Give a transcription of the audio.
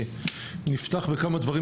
נפתח בכמה דברים,